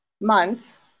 months